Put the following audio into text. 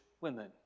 women